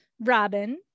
Robin